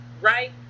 right